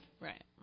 right